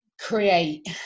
create